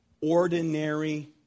ordinary